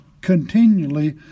continually